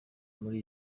muri